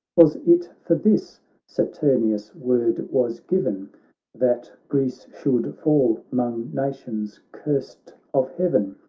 was it for this saturnius' word was given that greece should fall mong nations curst of heaven?